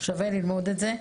שווה ללמוד את זה.